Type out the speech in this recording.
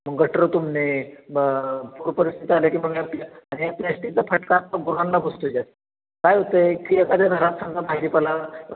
मग गटर तुंबणे ब पूर परिस्थिती आले की मग आणि ह्या प्लॅश्टिकचा फटका गुरांना बसतो आहे जास्त काय होत आहे की एखाद्या घरात समजा भाजीपला